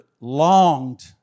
longed